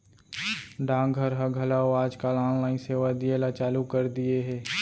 डाक घर ह घलौ आज काल ऑनलाइन सेवा दिये ल चालू कर दिये हे